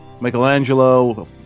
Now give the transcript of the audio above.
Michelangelo